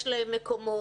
האם יש להם מקומות,